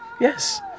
Yes